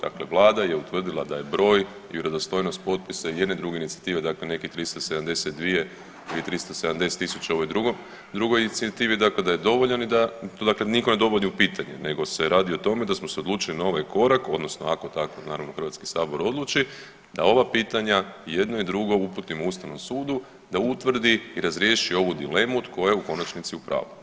Dakle, Vlada je utvrdila da je broj i vjerodostojnost potpisa i jedne i druge inicijative dakle nekih 372 i 370 tisuća o ovoj drugoj inicijativi dakle da je dovoljan i da dakle to nitko ne dovodi u pitanje, nego se radi o tome da smo se odlučili na ovaj korak odnosno ako tako naravno Hrvatski sabor odluči da ova pitanja i jedno i drugo uputimo Ustavnom sudu da utvrdi i razriješi ovu dilemu tko je u konačnici u pravu.